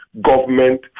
government